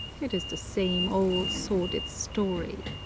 it is the same old sordid story.